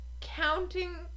Counting